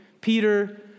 Peter